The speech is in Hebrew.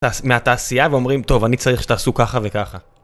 מהתעשייה ואומרים טוב אני צריך שתעשו ככה וככה